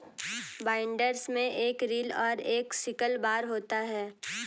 binders में एक reel और एक सिकल बार होता है